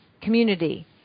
community